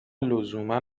لزوما